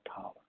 power